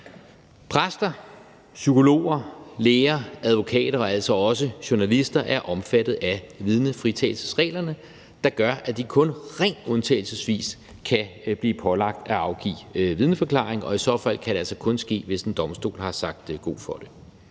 Præster, psykologer, læger, advokater og altså også journalister er omfattet af vidnefritagelsesreglerne, der gør, at de kun rent undtagelsesvis kan blive pålagt at afgive vidneforklaring, og i så fald kan det altså kun ske, hvis en domstol har sagt god for det.